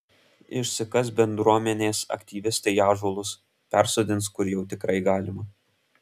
išsikas bendruomenės aktyvistai ąžuolus persodins kur jau tikrai galima